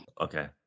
Okay